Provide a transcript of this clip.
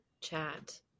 chat